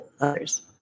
others